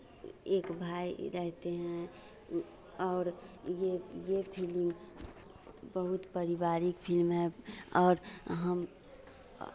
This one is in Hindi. एक भाई रहते हैं और ये ये फिलिम बहुत परिवारिक फ़िल्म है और हम